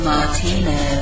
Martino